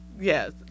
yes